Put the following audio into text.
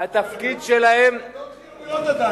הן לא ציוניות.